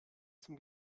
zum